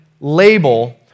label